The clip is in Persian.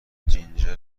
جینجر